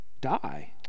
die